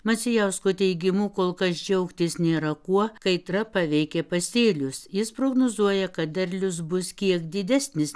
macijausko teigimu kol kas džiaugtis nėra kuo kaitra paveikė pasėlius jis prognozuoja kad derlius bus kiek didesnis nei